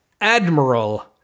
Admiral